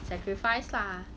sacrifice lah